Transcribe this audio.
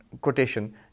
quotation